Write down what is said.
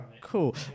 cool